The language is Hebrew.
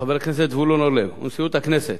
לחבר הכנסת זבולון אורלב ולנשיאות הכנסת